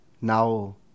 now